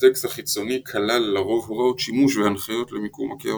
הטקסט החיצוני כלל לרוב הוראות שימוש והנחיות למיקום הקערות.